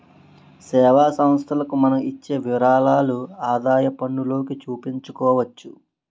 సేవా సంస్థలకు మనం ఇచ్చే విరాళాలు ఆదాయపన్నులోకి చూపించుకోవచ్చు